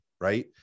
Right